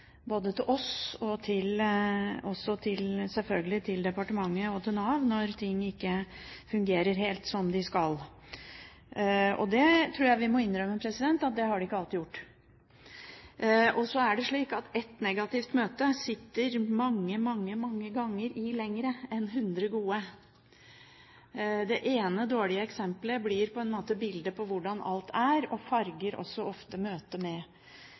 til oss, til departementet selvfølgelig, og til Nav når ting ikke fungerer helt som de skal. Og det tror jeg vi må innrømme at det ikke alltid har gjort. Så er det slik at ett negativt møte sitter mange, mange, mange ganger lenger i enn 100 gode. Det ene dårlige eksemplet blir på en måte bildet på hvordan alt er og farger også ofte møtet med